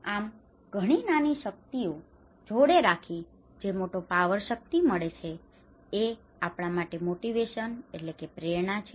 આમ ઘણી નાની શક્તિઓને જોડે રાખીને જે મોટો પાવર power શક્તિ મળે છે એ આપણા માટે મોટિવેશન motivation પ્રેરણા છે